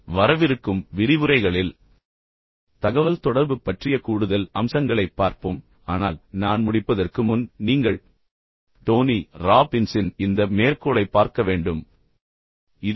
வரவிருக்கும் விரிவுரைகளில் தகவல்தொடர்பு பற்றிய கூடுதல் அம்சங்களைப் பார்ப்போம் ஆனால் நான் முடிப்பதற்கு முன் நீங்கள் டோனி ராபின்ஸின் இந்த மேற்கோளைப் பார்க்கவேண்டும் என்று விரும்புகிறேன்